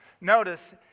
Notice